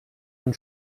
ein